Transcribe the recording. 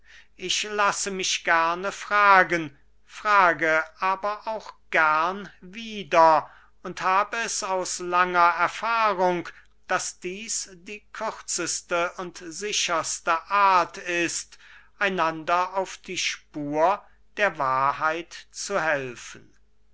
ich lasse mich gerne fragen frage aber auch gern wieder und hab es aus langer erfahrung daß dieß die kürzeste und sicherste art ist einander auf die spur der wahrheit zu helfen